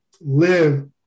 live